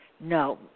No